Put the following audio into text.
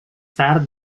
tard